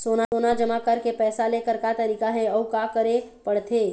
सोना जमा करके पैसा लेकर का तरीका हे अउ का करे पड़थे?